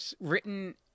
written